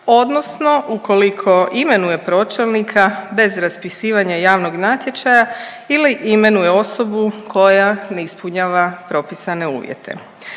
odnosno ukoliko imenuje pročelnika bez raspisivanja javnog natječaja ili imenuje osobu koja ne ispunjava propisane uvjete.